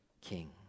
King